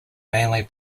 mainly